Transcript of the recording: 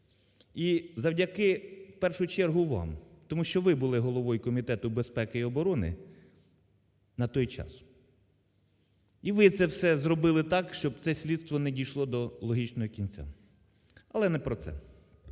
І завдяки, в першу чергу вам, тому що ви були головою Комітету безпеки і оборони на той час. І ви це все зробили так, щоб це слідство не дійшло до логічно кінця. Але не про це.